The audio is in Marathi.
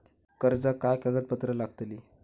कर्जाक काय कागदपत्र लागतली?